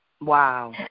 Wow